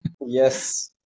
Yes